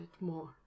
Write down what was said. more